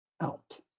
out